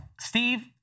Steve